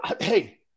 Hey